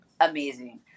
amazing